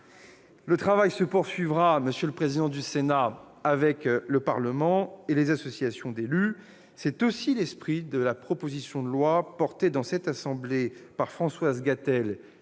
Le travail se poursuivra, monsieur le président du Sénat, avec le Parlement et les associations d'élus. C'est aussi l'esprit de la proposition de loi soutenue dans cette assemblée par Françoise Gatel